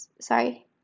Sorry